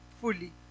fully